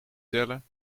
tellen